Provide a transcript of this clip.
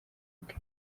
bwe